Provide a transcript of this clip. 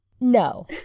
No